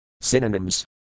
Synonyms